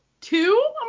two